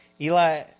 Eli